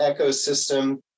Ecosystem